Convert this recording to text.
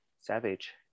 Savage